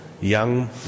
young